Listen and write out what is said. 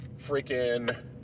freaking